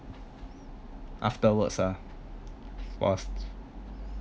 afterwards ah cause